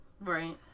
right